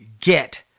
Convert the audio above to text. get